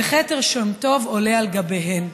וכתר שם טוב עולה על גביהן".